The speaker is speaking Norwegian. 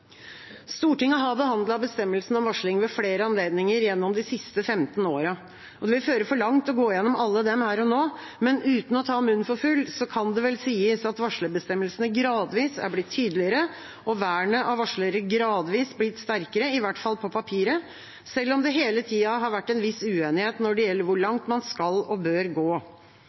Stortinget har behandlet bestemmelsene om varsling ved flere anledninger gjennom de siste 15 årene. Det vil føre for langt å gå gjennom alle dem her og nå, men uten å ta munnen for full kan det vel sies at varslerbestemmelsene gradvis er blitt tydeligere og vernet av varslere gradvis sterkere – i hvert fall på papiret – selv om det hele tiden har vært en viss uenighet når det gjelder hvor langt man skal og bør gå.